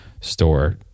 store